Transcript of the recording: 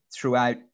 throughout